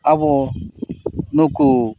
ᱟᱵᱚ ᱱᱩᱠᱩ